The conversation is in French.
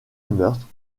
meurtre